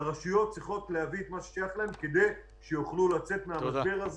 והרשויות צריכות להביא את מה ששייך להן כדי שיוכלו לצאת מן המשבר הזה